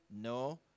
no